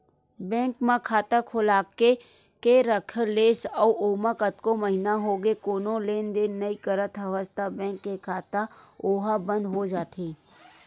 bank म खाता खोलाके के रख लेस अउ ओमा कतको महिना होगे कोनो लेन देन नइ करत हवस त बेंक के खाता ओहा बंद हो जाथे